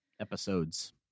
Episodes